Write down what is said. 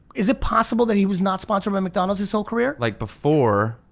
is it possible that he was not sponsored by mcdonalds his whole career? like before,